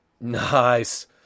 Nice